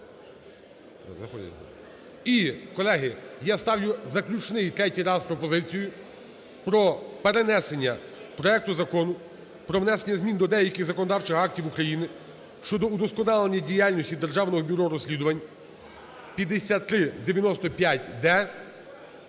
І, колеги, я ставлю заключний, третій раз пропозицію про перенесення проекту Закону про внесення змін до деяких законодавчих актів України щодо удосконалення діяльності Державного бюро розслідувань (5395-д)